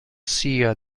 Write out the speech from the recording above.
sia